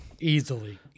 Easily